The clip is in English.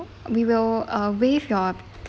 we will uh waive your